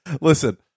Listen